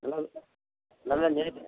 நல்லா நல்லா நீட்டு